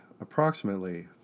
approximately